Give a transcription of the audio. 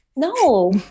No